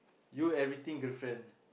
you everything girlfriend